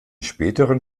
späteren